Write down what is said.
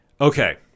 Okay